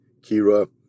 Kira